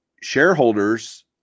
shareholders